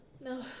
No